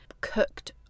cooked